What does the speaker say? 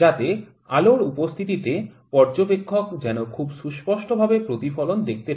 যাতে আলোর উপস্থিতিতে পর্যবেক্ষক যেন খুব সুস্পষ্টভাবে প্রতিফলন দেখতে পান